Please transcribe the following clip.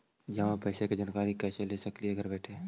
जमा पैसे के जानकारी कैसे ले सकली हे घर बैठे?